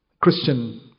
Christian